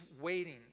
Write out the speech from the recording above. waiting